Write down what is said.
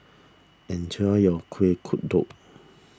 enjoy your Kuih Kodok